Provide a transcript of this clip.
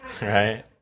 right